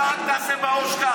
אתה אל תעשה בראש ככה.